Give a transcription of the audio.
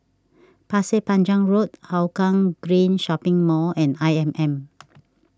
Pasir Panjang Road Hougang Green Shopping Mall and I M M